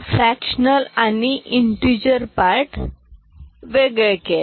fractional आणि integer वेगळे केले